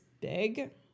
big